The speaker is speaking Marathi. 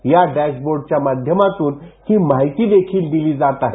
या डॅशबोर्डच्या माध्यमातून ही माहिती देखील दिली जात आहे